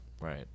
Right